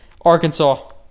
Arkansas